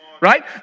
right